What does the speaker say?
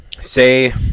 say